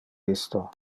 isto